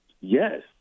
Yes